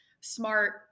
smart